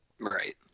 right